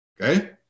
okay